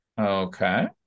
Okay